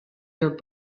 your